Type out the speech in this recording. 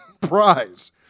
prize